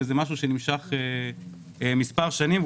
שזה משהו שנמשך מספר שנים.